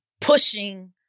pushing